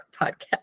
podcast